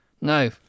No